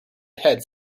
head